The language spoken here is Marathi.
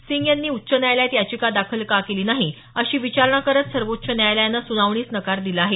सिंग यांनी उच्च न्यायालयात याचिका दाखल का केली नाही अशी विचारणा करत सर्वोच्च न्यायालयानं सुनावणीस नकार दिला आहे